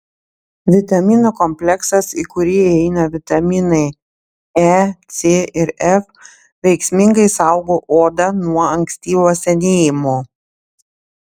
vitaminų kompleksas į kurį įeina vitaminai e c ir f veiksmingai saugo odą nuo ankstyvo senėjimo